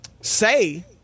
say